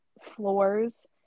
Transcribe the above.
floors